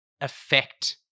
affect